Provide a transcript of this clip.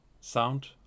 sound